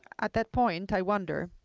at that point, i wonder